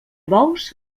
bous